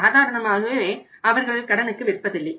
சாதாரணமாகவே அவர்கள் கடனுக்கு விற்பதில்லை